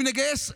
אם נגייס רבע,